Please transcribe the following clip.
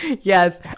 yes